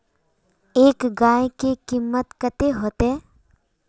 एक गाय के कीमत कते होते?